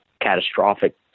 catastrophic